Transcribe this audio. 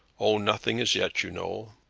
oh, nothing as yet, you know.